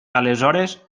aleshores